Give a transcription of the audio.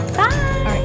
bye